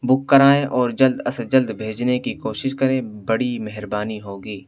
بک کرائیں اور جلد از جلد بھیجنے کی کوشش کریں بڑی مہربانی ہوگی